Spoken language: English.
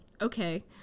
okay